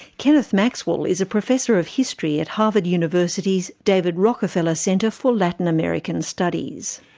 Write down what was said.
kenneth maxwell is a professor of history at harvard university's david rockefeller center for latin american studies.